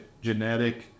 genetic